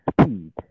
speed